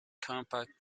compact